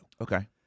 Okay